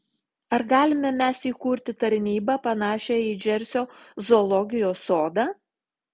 ar galime mes įkurti tarnybą panašią į džersio zoologijos sodą